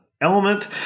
element